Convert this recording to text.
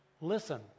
listen